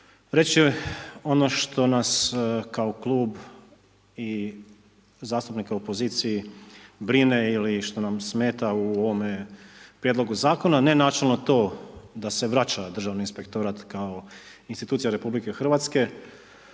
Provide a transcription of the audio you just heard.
ono što nas kao klub i zastupnike u opoziciji brine ili što nam smeta u ovome prijedlogu zakona. Ne načelno to da se vraća državni inspektorat kao institucija RH već